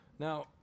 Now